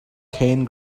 cane